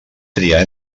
triar